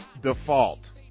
default